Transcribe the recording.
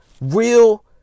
Real